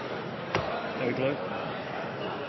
periode, er klar.